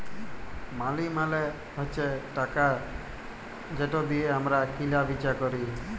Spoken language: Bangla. মালি মালে হছে টাকা যেট দিঁয়ে আমরা কিলা বিচা ক্যরি